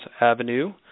Avenue